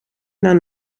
naar